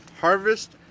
Harvest